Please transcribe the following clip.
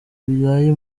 bibaye